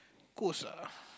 ghost ah